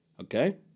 okay